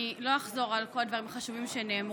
אני לא אחזור על כל הדברים החשובים שנאמרו,